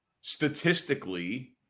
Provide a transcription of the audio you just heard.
statistically